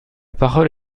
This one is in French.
parole